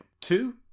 Two